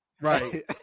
Right